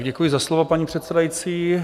Děkuji za slovo, paní předsedající.